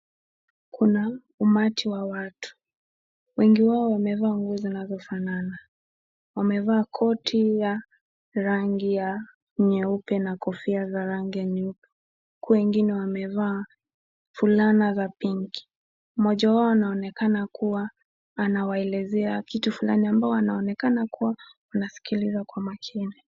Kuna umati wa watu wengi wao wamevaa nguo zinazofanana. Wamevaa koti ya rangi ya nyeupe na kofia za rangi ya nyeupe huku wengine wamevaa fulana za pinki. Mmoja wao anaonekana kuwa anawaelezea kitu fulani ambao wanaonekana kuwa wanaskiliza kwa makini.